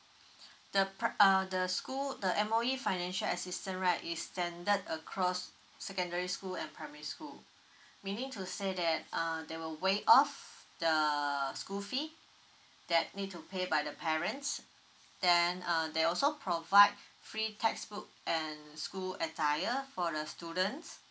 the part err the school the M_O_E financial assistance right is standard across secondary school and primary school meaning to say that uh they will waive off the school fee that need to pay by the parents then uh they also provide free textbook and school attire for the students